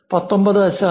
19